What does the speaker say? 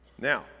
Now